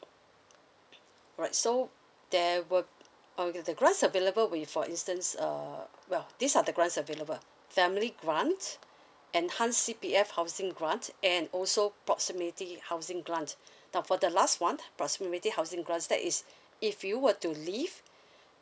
alright so there will uh the the grants available with for instance uh well these are the grants available family grant enhanced C P F housing grant and also proximity housing grant now for the last one proximity housing grants that is if you were to live